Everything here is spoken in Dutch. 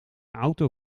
auto